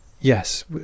yes